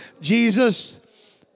Jesus